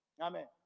amen